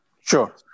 sure